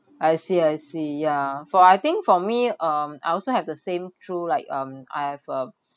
I see I see ya for I think for me um I also have the same through like um I have uh